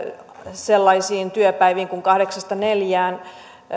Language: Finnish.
sellaisiin työpäiviin kuin kahdeksasta neljään